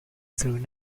through